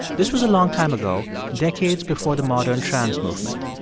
this was a long time ago, decades before the modern trans movement.